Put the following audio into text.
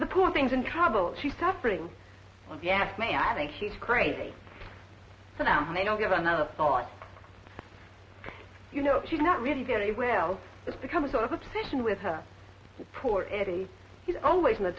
the poor things in trouble she's suffering yes me i think she's crazy so now they don't give another thought you know she's not really very well it's become a sort of a tradition with her poor eddie he's always in the